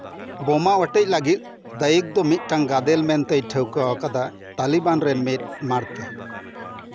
ᱵᱳᱢᱟ ᱚᱴᱮᱡ ᱞᱟᱹᱜᱤᱫ ᱫᱟᱹᱭᱤᱠ ᱫᱚ ᱢᱤᱫᱴᱟᱝ ᱜᱟᱫᱮᱞ ᱢᱮᱱᱛᱮᱭ ᱴᱷᱟᱹᱣᱠᱟᱹ ᱟᱠᱟᱫᱟ ᱛᱟᱞᱤᱵᱟᱱ ᱨᱮᱱ ᱢᱤᱫ ᱢᱟᱲᱛᱮ